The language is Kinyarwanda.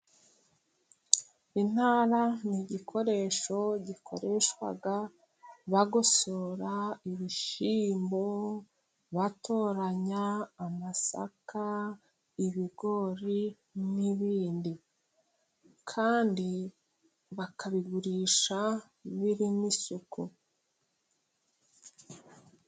Intara ni igikoresho gikoreshwa bagosora ibishyimbo, batoranya amasaka, ibigori n'ibindi, kandi bakabigurisha birimo isuku.